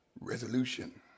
Resolution